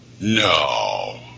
no